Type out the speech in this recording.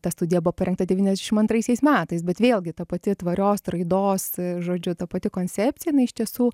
ta studija buvo parengta devyniasdešim antraisiais metais bet vėlgi ta pati tvarios raidos žodžiu ta pati koncepcija jinai iš tiesų